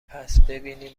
پسببینیم